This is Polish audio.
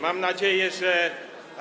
Mam nadzieję, że.